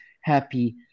happy